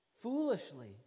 foolishly